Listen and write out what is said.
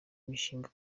imishinga